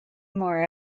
more